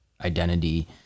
identity